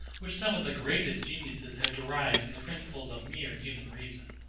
which some of the greatest geniuses have derived from the principles of mere human reason.